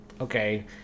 okay